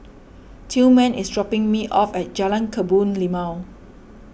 Tillman is dropping me off at Jalan Kebun Limau